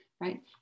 right